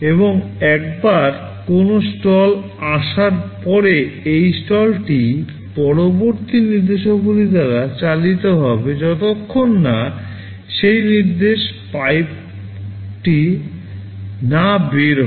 এবং একবার কোনও স্টল আসার পরে এই স্টলটি পরবর্তী নির্দেশাবলী দ্বারা চালিত হবে যতক্ষণ না সেই নির্দেশ পাইপটি না বের হয়